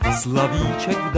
slavíček